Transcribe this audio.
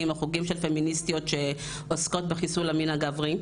או חוגים של פמיניסטיות שעוסקות בחיסול המין הגברי.